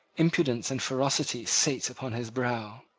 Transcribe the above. impudence and ferocity sate upon his brow.